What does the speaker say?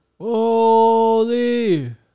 Holy